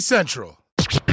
Central